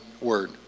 word